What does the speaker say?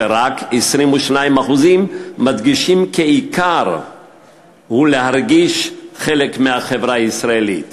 ורק 22% הדגישו כי העיקר הוא להרגיש חלק מהחברה הישראלית.